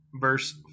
verse